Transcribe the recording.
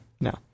No